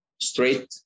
straight